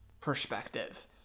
perspective